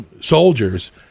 soldiers